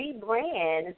rebrand